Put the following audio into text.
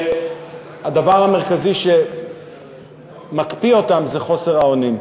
שהדבר המרכזי שמקפיא אותן זה חוסר האונים.